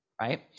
right